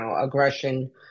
aggression